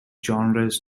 genres